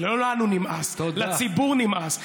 לא לנו נמאס, לציבור נמאס.